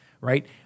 right